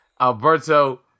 Alberto